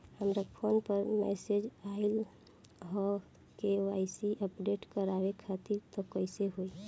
हमरा फोन पर मैसेज आइलह के.वाइ.सी अपडेट करवावे खातिर त कइसे होई?